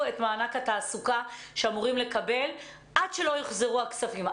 את מענק התעסוקה שאמורים לקבל עד שלא יוחזרו הכספים,